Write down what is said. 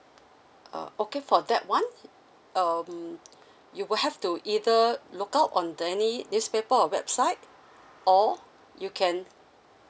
uh okay for that one um you will have to either look out on the any newspaper website or you can